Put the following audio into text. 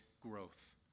growth